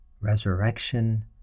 resurrection